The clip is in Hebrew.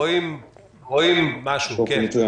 רואים משהו, כן.